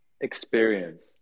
experience